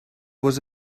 was